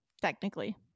technically